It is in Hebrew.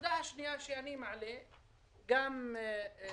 נקודה שנייה שאני מעלה היא ההתעלמות